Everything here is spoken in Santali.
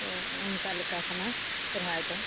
ᱛᱚ ᱚᱱᱠᱟ ᱞᱮᱠᱟ ᱠᱟᱱᱟ ᱥᱚᱨᱦᱟᱭ ᱫᱚ